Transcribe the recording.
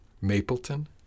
Mapleton